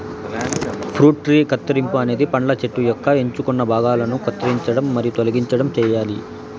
fruit tree కత్తిరింపు అనేది పండ్ల చెట్టు యొక్క ఎంచుకున్న భాగాలను కత్తిరించడం మరియు తొలగించడం చేయాలి